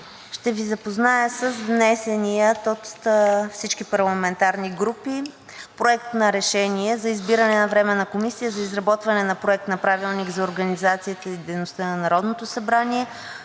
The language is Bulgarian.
ще Ви запозная с внесения от всички парламентарни групи „Проект! РЕШЕНИЕ за избиране на Временна комисия за изработване на Проект на правилник за организацията и